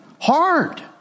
hard